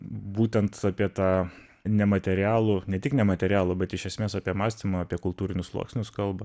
būtent apie tą nematerialų ne tik nematerialų bet iš esmės apie mąstymą apie kultūrinius sluoksnius kalba